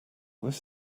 this